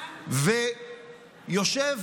יושב